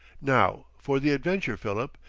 now for the adventure, philip.